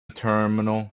terminal